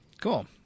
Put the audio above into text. Cool